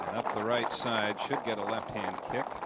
the right side should get a left hand kick